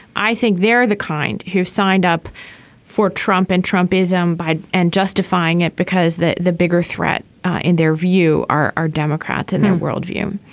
i think they're the kind who signed up for trump and trump ism by and justifying it because the the bigger threat in their view are are democrats and their world world view.